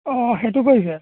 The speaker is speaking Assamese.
অঁ সেইটো কৰিছে